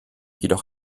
jedoch